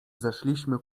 zeszliśmy